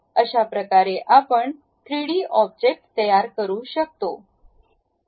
अशाप्रकारे आपण 3 D object तयार करू शकतो